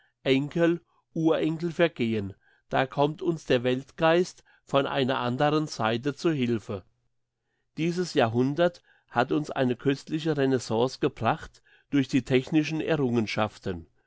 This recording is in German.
enkel urenkel vergehen da kommt uns der weltgeist von einer andern seite zu hilfe dieses jahrhundert hat uns eine köstliche renaissance gebracht durch die technischen errungenschaften